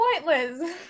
pointless